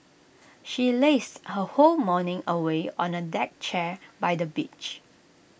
she lazed her whole morning away on A deck chair by the beach